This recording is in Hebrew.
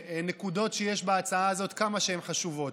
נקודות שיש בהצעה הזאת, כמה שהן חשובות.